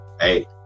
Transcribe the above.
Hey